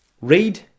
Read